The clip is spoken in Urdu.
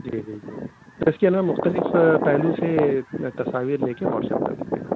جی جی جی تو اس کی ہمیں مختلف پہلو سے تصاویر لے کے واٹس ایپ کر دیجیے گا